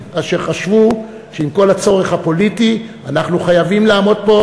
כאשר חשבו שעם כל הצורך הפוליטי אנחנו חייבים לעמוד פה,